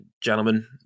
gentlemen